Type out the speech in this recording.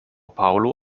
paulo